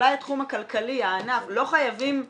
אולי התחום הכלכלי, הענף, לא חייבים משפטית,